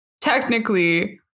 technically